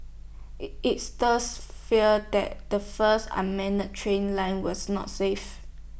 IT it stirred fears that the first unmanned train line was not safe